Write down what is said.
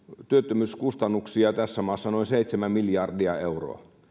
työttömyyskustannuksia tässä maassa noin seitsemän miljardia euroa